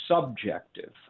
subjective